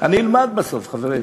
אלמד בסוף, חברים.